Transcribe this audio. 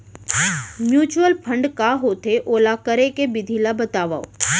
mutual fund का होथे, ओला करे के विधि ला बतावव